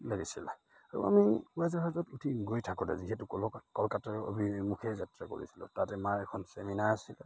লাগিছিলে আৰু আমি উৰাজাহাজত উঠি গৈ থাকোঁতে যিহেতু কলকাতাৰ অভিমুখে যাত্ৰা কৰিছিলোঁ তাতে আমাৰ এখন চেমিনাৰ আছিল